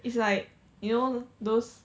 it's like you know those